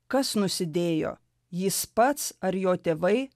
kas nusidėjo jis pats ar jo tėvai